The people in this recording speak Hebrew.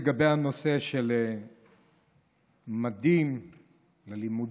לגבי הנושא של ממדים ללימודים,